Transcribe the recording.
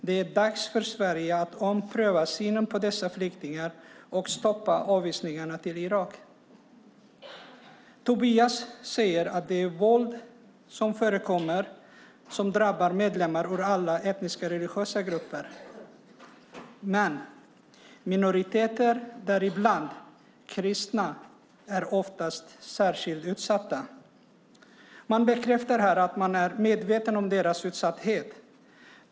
Det är dags för Sverige att ompröva synen på dessa flyktingar och stoppa avvisningarna till Irak. Tobias säger att det våld som förekommer drabbar medlemmar ur alla etniska och religiösa grupper, men att minoriteter - däribland kristna - ofta är särskilt utsatta. Man bekräftar att man är medveten om deras utsatthet.